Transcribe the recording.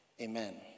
Amen